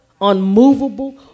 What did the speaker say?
unmovable